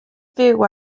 fyw